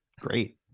great